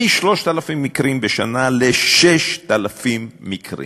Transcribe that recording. מ-3,000 מקרים בשנה ל-6,000 מקרים,